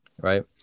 right